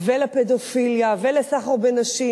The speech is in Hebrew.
ולפדופיליה ולסחר בנשים,